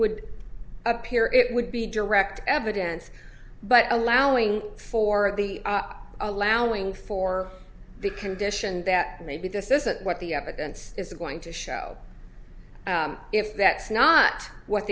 would appear it would be direct evidence but allowing for the allowing for the condition that maybe this isn't what the evidence is going to show if that's not what